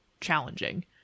challenging